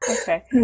Okay